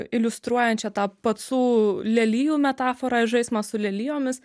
iliustruojančią tą pacų lelijų metaforą žaismą su lelijomis